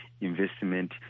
investment